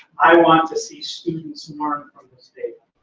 i want to see students learn from this data.